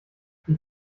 wie